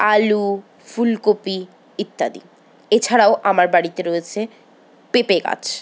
আলু ফুলকপি ইত্যাদি এছাড়াও আমার বাড়িতে রয়েছে পেঁপে গাছ